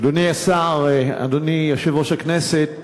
אדוני השר, אדוני יושב-ראש הכנסת,